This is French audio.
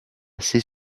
ses